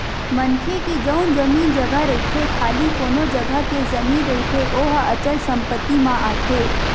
मनखे के जउन जमीन जघा रहिथे खाली कोनो जघा के जमीन रहिथे ओहा अचल संपत्ति म आथे